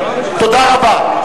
תודה רבה.